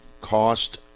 cost